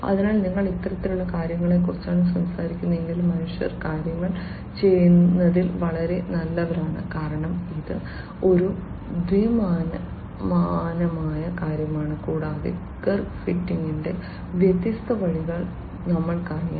അതിനാൽ നിങ്ങൾ ഇത്തരത്തിലുള്ള കാര്യങ്ങളെക്കുറിച്ചാണ് സംസാരിക്കുന്നതെങ്കിൽ മനുഷ്യർ കാര്യങ്ങൾ ചെയ്യുന്നതിൽ വളരെ നല്ലവരാണ് കാരണം ഇത് ഒരു ദ്വിമാനമായ കാര്യമാണ് കൂടാതെ കർവ് ഫിറ്റിംഗിന്റെ വ്യത്യസ്ത വഴികൾ ഞങ്ങൾക്കറിയാം